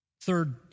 Third